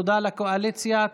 תודה לקואליציה,